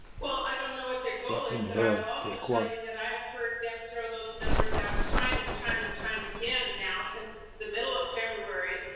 well, i don't know what their goal is, but i will also tell you that i have heard them throw those numbers out time and time and time again now, since the middle of february,